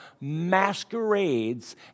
masquerades